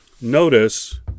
Notice